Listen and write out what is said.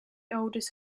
oldest